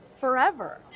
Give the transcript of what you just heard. forever